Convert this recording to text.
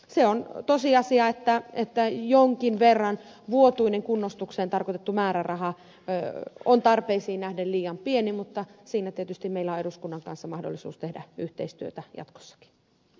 se on tosiasia että jonkin verran vuotuinen kunnostukseen tarkoitettu määräraha on tarpeisiin nähden liian pieni mutta siinä tietysti meillä on eduskunnan kanssa mahdollisuus tehdä yhteistyötä jatkossakin